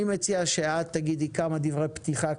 אני מציע שתגידי כמה דברי פתיחה,